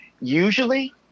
usually